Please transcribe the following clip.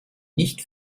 nicht